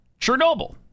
Chernobyl